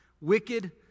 wicked